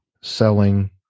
selling